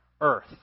earth